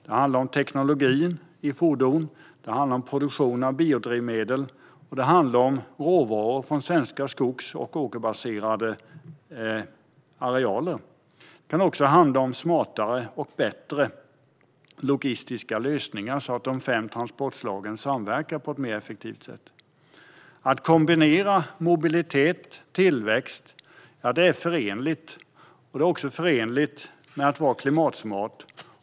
Det handlar om teknologin i fordon, produktion av biodrivmedel och råvaror från svenska skogs och åkerbaserade arealer. Det kan också handla om smartare och bättre logistiska lösningar, så att de fem transportslagen samverkar på ett mer effektivt sätt. Mobilitet och tillväxt är förenligt, också att vara klimatsmart.